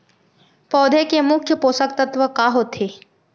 पौधे के मुख्य पोसक तत्व का होथे?